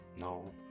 No